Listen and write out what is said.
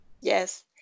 Yes